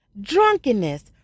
drunkenness